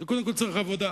קודם כול צריך עבודה.